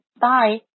Bye